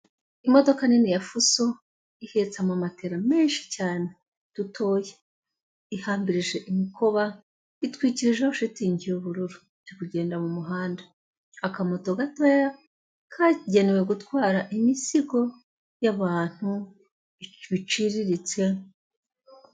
Imodoka nini ya fuso ihetse amamatera menshi cyane, dutoya, ihambirije imikoba, itwikijeho shitingi y'ubururu, iri kugenda mu muhanda, akamoto gatoya kagenewe gutwara imizigo y'abantu iciriritse.